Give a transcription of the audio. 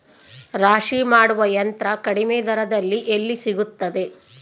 ರಾಶಿ ಮಾಡುವ ಯಂತ್ರ ಕಡಿಮೆ ದರದಲ್ಲಿ ಎಲ್ಲಿ ಸಿಗುತ್ತದೆ?